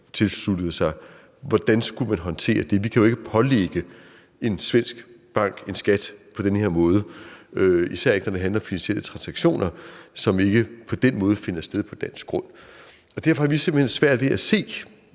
tilsluttede sig. Hvordan skulle man håndtere det? Man kan jo ikke pålægge en svensk bank en skat på den her måde, især ikke, når det handler om finansielle transaktioner, som ikke på den måde finder sted på dansk grund. Derfor har vi simpelt hen svært ved at se